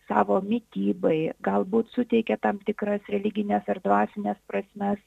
savo mitybai galbūt suteikia tam tikras religines ar dvasines prasmes